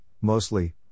mostly